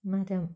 മരം